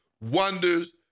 wonders